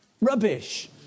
rubbish